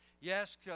Yes